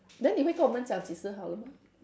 then 你会跟我们讲几时好了吗